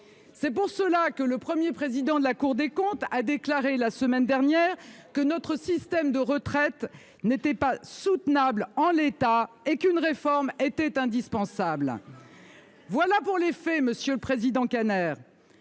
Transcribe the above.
raison pour laquelle le Premier président de la Cour des comptes a déclaré la semaine dernière que notre système de retraite n'était pas soutenable en l'état et qu'une réforme était indispensable. Voilà pour les faits, monsieur le président Kanner.